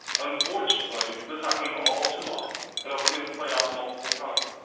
unfortunately, this happens all too often and i have seen it play out multiple times.